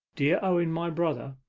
dear owen my brother,